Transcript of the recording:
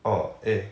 orh eh